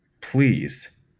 Please